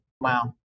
Wow